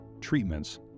treatments